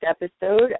episode